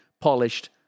polished